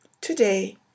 Today